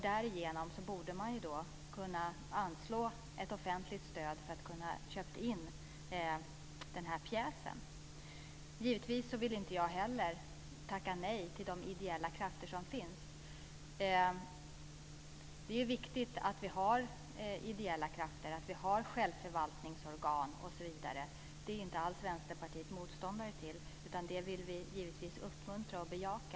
Därigenom borde man ha kunnat anslå ett offentligt stöd för att kunna köpa in den här pjäsen. Givetvis vill inte jag heller tacka nej till de ideella krafter som finns. Det är viktigt att vi har ideella krafter, att vi har självförvaltningsorgan, osv. Det är Vänsterpartiet inte alls motståndare till, utan det vill vi givetvis uppmuntra och bejaka.